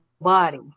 body